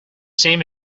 same